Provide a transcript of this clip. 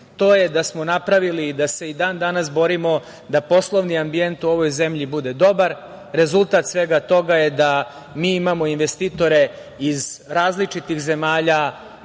to je da smo napravili da se i dan-danas borimo da poslovni ambijent u ovoj zemlji bude dobar. Rezultat svega toga je da mi imamo investitore iz različitih zemalja,